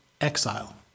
exile